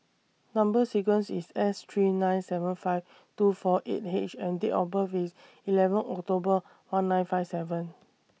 Number sequence IS S three nine seven five two four eight H and Date of birth IS eleven October one nine five seven